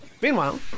Meanwhile